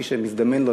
מי שמזדמן לו,